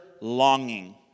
longing